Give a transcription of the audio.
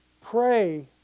pray